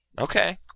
Okay